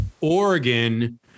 Oregon